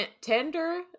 tender